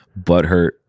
butthurt